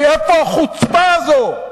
מאיפה החוצפה הזו?